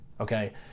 okay